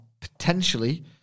Potentially